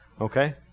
okay